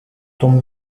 tombe